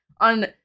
on